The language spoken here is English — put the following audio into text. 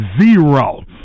Zero